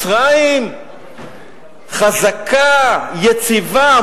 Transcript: מצרים חזקה, יציבה.